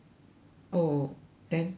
oh then 做什